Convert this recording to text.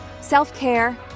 self-care